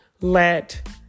let